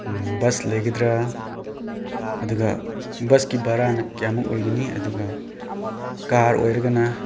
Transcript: bus ꯂꯩꯒꯗ꯭ꯔꯥ ꯑꯗꯨꯒ ꯕꯁꯀꯤ ꯕꯔꯥꯅ ꯀꯌꯥꯃꯨꯛ ꯑꯣꯏꯒꯅꯤ ꯑꯗꯨꯒ ꯀꯥꯔ ꯑꯣꯏꯔꯒꯅ